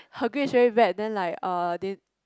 her grades very bad then like uh then